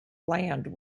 land